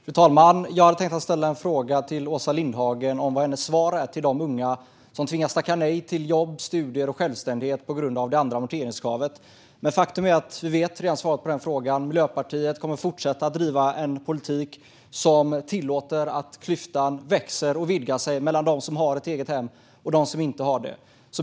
Fru talman! Jag hade tänkt ställa en fråga till Åsa Lindhagen om vilket hennes svar är till de unga som tvingas tacka nej till jobb, studier och självständighet på grund av det andra amorteringskravet. Men faktum är att vi redan vet svaret på den frågan. Miljöpartiet kommer att fortsätta driva en politik som tillåter att klyftan växer och vidgar sig mellan dem som har ett eget hem och dem som inte har det.